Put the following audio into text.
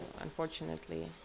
unfortunately